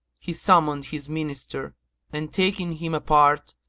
he summoned his minister and taking him apart,